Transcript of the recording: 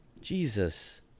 Jesus